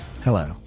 Hello